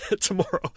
tomorrow